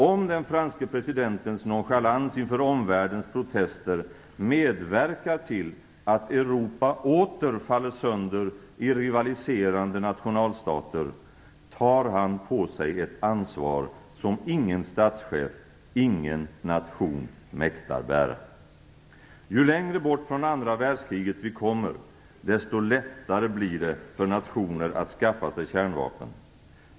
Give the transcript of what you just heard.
Om den franske presidentens nonchalans inför omvärldens protester medverkar till att Europa åter faller sönder i rivaliserande nationalstater tar han på sig ett ansvar som ingen statschef, ingen nation mäktar bära. Ju längre bort från andra världskriget vi kommer, desto lättare blir det för nationer att skaffa sig kärnvapen.